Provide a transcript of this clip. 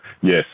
yes